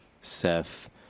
Seth